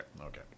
Okay